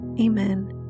Amen